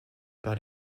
par